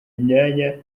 imyanya